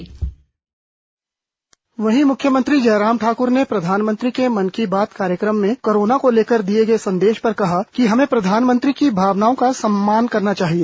जयराम वहीं मुख्यमंत्री जयराम ठाक्र ने प्रधानमंत्री के मन की बात कार्यक्रम में कोरोना को लेकर दिए गए संदेश पर कहा कि हमें प्रधानमंत्री की भावनाओं का सम्मान करना चाहिए